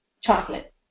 chocolate